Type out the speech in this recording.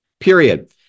Period